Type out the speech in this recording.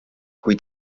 kui